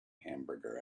hamburger